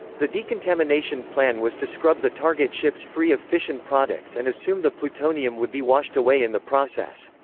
the decontamination plan was to scrub the target ships free of fission products and assume the plutonium would be washed away in the process.